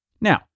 Now